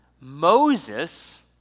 Moses